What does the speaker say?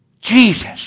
Jesus